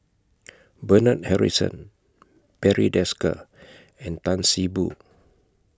Bernard Harrison Barry Desker and Tan See Boo